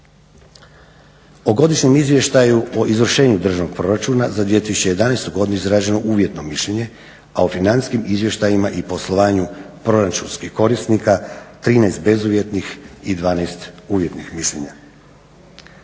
O godišnjem izvještaju o izvršenju državnog proračuna za 2011.godinu izraženo uvjetno mišljenje, a u financijskim izvještajima i poslovanju proračunskih korisnika 13 bezuvjetnih i 12 uvjetnih mišljenja.